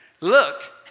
Look